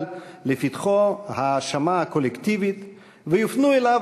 לפתחו ההאשמה הקולקטיבית ויופנו אליו